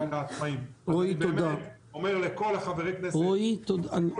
-- אני באמת אומר לכל חברי הכנסת: תפסיקו